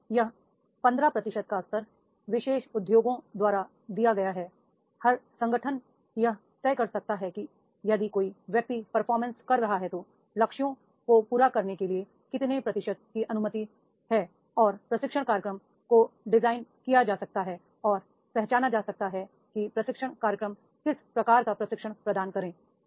और यह 15 प्रतिशत का स्तर विशेष उद्योगों द्वारा दिया गया है हर संगठन यह तय कर सकता है कि यदि कोई व्यक्ति परफॉर्म कर रहा है तो लक्ष्यों को पूरा करने के लिए कितने प्रतिशत की अनुमति है और प्रशिक्षण कार्यक्रम को डिज़ाइन किया जा सकता है और पहचाना जा सकता है कि प्रशिक्षण कार्यक्रम किस प्रकार का प्रशिक्षण प्रदान करें